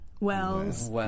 wells